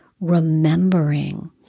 remembering